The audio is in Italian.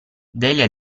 delia